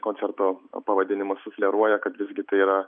koncerto pavadinimas sufleruoja kad visgi tai yra